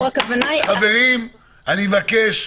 --- חברים, אני מבקש.